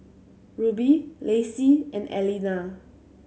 Ruby Lacie and Aleena